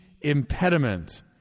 impediment